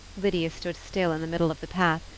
lydia stood still in the middle of the path,